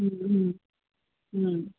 हम्म हम्म हम्म